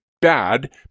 bad